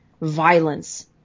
violence